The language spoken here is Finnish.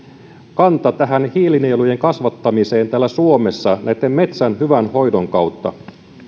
kanta hiilinielujen kasvattamiseen täällä suomessa metsän hyvän hoidon kautta